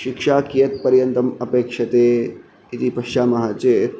शिक्षा कियत्पर्यन्तम् अपेक्षते इति पश्यामः चेत्